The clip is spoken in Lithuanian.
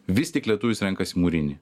vis tik lietuvis renkasi mūrinį